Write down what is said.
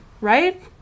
right